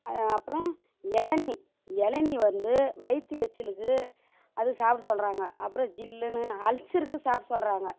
அப்புறம் இளநீ இளநீ வந்து வயிற்று எரிச்சலுக்கு அது சாப்பிட சொல்லுறாங்க அப்புறம் ஜில்லுன்னு அல்ஸருக்கு சாப்பிட சொல்லுறாங்க